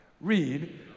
Read